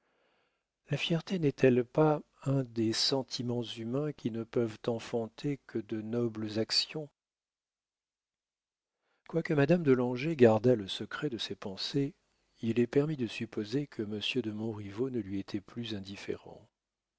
la fierté n'est-elle pas un des sentiments humains qui ne peuvent enfanter que de nobles actions quoique madame de langeais gardât le secret de ses pensées il est permis de supposer que monsieur de montriveau ne lui était plus indifférent